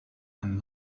and